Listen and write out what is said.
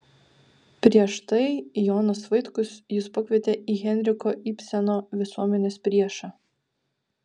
prieš tai jonas vaitkus jus pakvietė į henriko ibseno visuomenės priešą